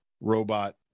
robot